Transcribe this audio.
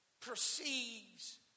perceives